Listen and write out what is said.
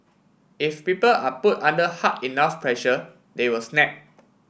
if people are put under hard enough pressure they will snap